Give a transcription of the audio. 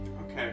Okay